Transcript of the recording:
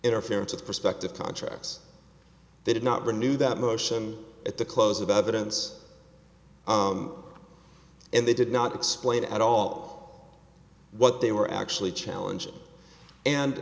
interference of perspective contracts they did not renew that motion at the close about the dense and they did not explain at all what they were actually challenging and